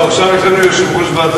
עכשיו יש לנו יושב-ראש ועדה.